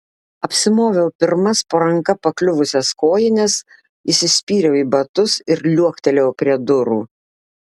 apsimoviau pirmas po ranka pakliuvusias kojines įsispyriau į batus ir liuoktelėjau prie durų